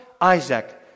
Isaac